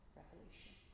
revolution